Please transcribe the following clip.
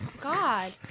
God